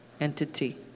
entity